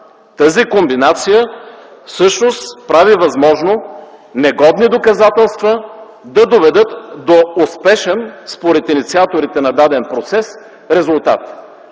Тази комбинация всъщност прави възможно негодни доказателства да доведат до успешен, според инициаторите на даден процес, резултат.